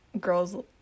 girls